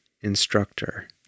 instructor